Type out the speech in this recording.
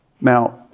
Now